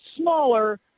smaller